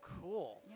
cool